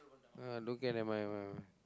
ah don't care never mind never mind never mind